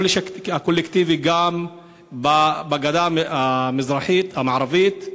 העונש הקולקטיבי הוא גם בגדה המערבית,